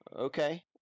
Okay